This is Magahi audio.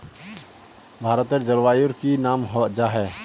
भारतेर जलवायुर की नाम जाहा?